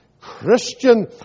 Christian